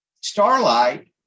starlight